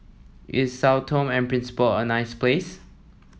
is Sao Tome and Principe a nice place